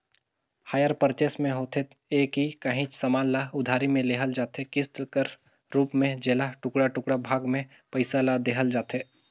hire purchase में होथे ए कि काहींच समान ल उधारी में लेहल जाथे किस्त कर रूप में जेला टुड़का टुड़का भाग में पइसा ल देहल जाथे